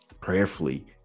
prayerfully